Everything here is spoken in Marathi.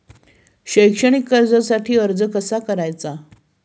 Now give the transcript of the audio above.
शैक्षणिक कर्जासाठी अर्ज कसा करायचा?